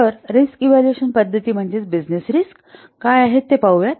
तर risk evaluation पद्धती म्हणजेच बिजनेस रिस्क काय आहेत ते पाहू